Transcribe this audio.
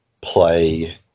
play